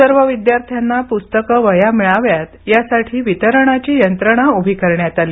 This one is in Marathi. सर्व विद्यार्थ्यांना पुस्तकं वह्या मिळाव्यात यासाठी वितरणाची यंत्रणा उभी करण्यात आली